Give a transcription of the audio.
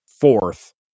fourth